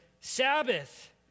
Sabbath